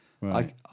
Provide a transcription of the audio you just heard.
right